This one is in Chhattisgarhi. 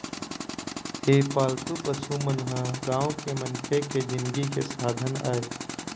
ए पालतू पशु मन ह गाँव के मनखे के जिनगी के साधन आय